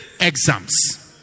exams